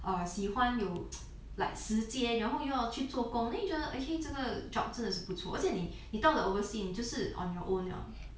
如果你是一个喜欢有 like 时间然后又要去做工 then 你觉得 actually 这个 job 真的是不错而且你到了 overseen 你就是 on your own liao